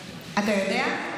אתה יודע?